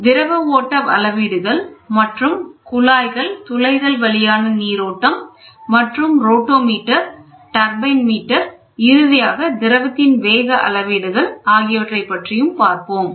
திரவ ஓட்ட அளவீடுகள் மற்றும் குழாய்கள் துளைகள் வழியான நீரோட்டம் மற்றும் ரோட்டாமீட்டர் டர்பைன் மீட்டர் இறுதியாக திரவத்தின் வேகம் அளவீடுகள் ஆகியவற்றைப் பற்றியும் பார்ப்போம்